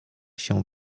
się